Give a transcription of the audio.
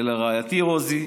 ולרעייתי רוזי,